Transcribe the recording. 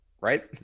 right